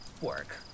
work